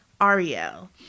Ariel